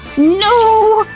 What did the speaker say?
no!